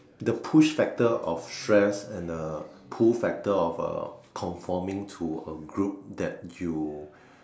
the push Factor of stress and the pull Factor of uh conforming to group that you